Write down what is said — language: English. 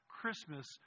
Christmas